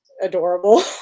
adorable